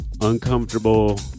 uncomfortable